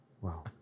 Wow